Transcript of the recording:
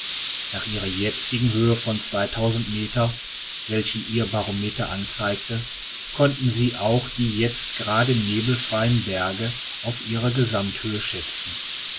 nach ihrer jetzigen höhe von meter welche ihr barometer anzeigte konnten sie auch die jetzt gerade nebelfreien berge auf ihre gesammthöhe schätzen